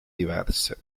diverse